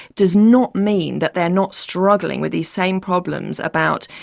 does not mean that they're not struggling with these same problems about,